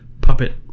puppet